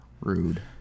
Rude